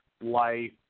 life